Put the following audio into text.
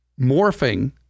morphing